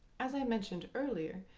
as i mentioned earlier,